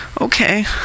Okay